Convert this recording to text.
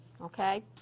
okay